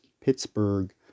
Pittsburgh